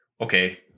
Okay